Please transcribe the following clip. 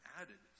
added